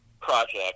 project